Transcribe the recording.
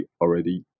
already